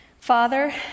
Father